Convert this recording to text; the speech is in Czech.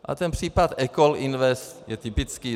A ten případ Ecoll Invest je typický.